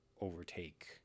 overtake